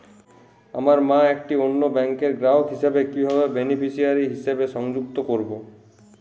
আমার মা একটি অন্য ব্যাংকের গ্রাহক হিসেবে কীভাবে বেনিফিসিয়ারি হিসেবে সংযুক্ত করব?